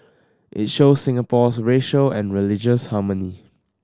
it shows Singapore's racial and religious harmony